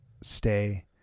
stay